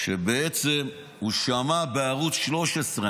שבעצם הוא שמע בערוץ 13,